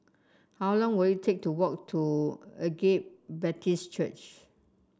how long will it take to walk to Agape Baptist Church